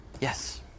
Yes